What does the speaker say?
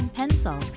pencil